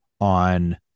on